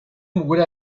would